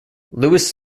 lewis